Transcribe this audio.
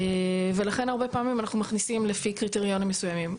ולכן הרבה פעמים אנחנו מכניסים לפי קריטריונים מסוימים.